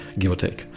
give or take.